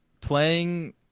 playing